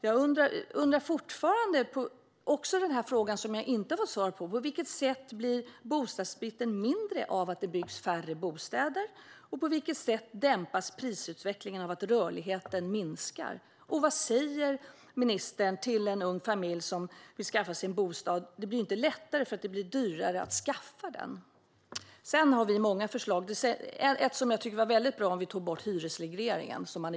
Jag undrar fortfarande och har inte fått svar: På vilket sätt blir bostadsbristen mindre av att det byggs färre bostäder? På vilket sätt dämpas prisutvecklingen av att rörligheten minskar? Vad säger ministern till en ung familj som vill skaffa sig en bostad? Det blir ju inte lättare för att det blir dyrare att skaffa den. Moderaterna har många förslag. Ett är att det vore det bra att ta bort hyresregleringen.